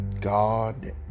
God